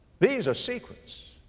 these are secrets,